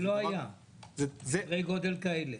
זה לא היה בסדרי גודל כאלה.